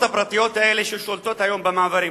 הפרטיות האלה ששולטות היום במעברים.